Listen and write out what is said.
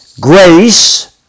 grace